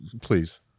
please